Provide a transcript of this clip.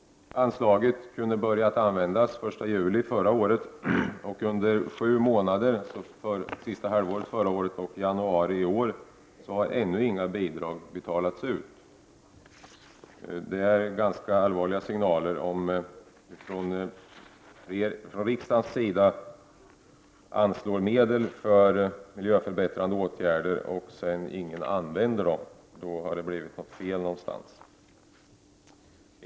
Anslaget kunde börja användas den 1 juli förra året, och under sju månader — andra halvåret 1989 och januari i år — har ännu inga bidrag betalats ut. Det är ganska allvarliga signaler. Om riksdagen anslår medel för miljöförbättrande åtgärder och sedan ingen använder dem, då har det blivit något fel någonstans.